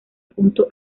junto